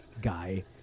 guy